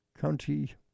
County